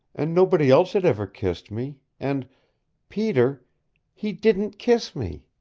and nobody else had ever kissed me, and peter he didn't kiss me!